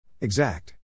Exact